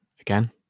again